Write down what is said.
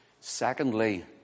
Secondly